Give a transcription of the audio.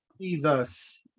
Jesus